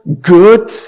good